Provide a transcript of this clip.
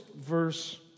verse